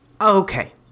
Okay